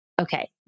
Okay